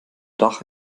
dach